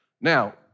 Now